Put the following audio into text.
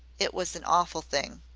it was an awful thing.